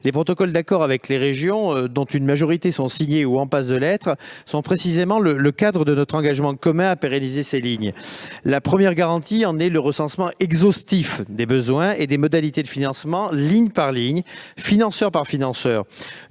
les protocoles d'accord avec les régions, qui sont dans leur majorité signés ou en passe de l'être, sont précisément le cadre de notre engagement commun à pérenniser ces lignes. La première garantie est le recensement exhaustif des besoins et des modalités de financement, ligne par ligne, financeur par financeur.